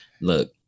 Look